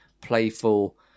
playful